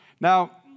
Now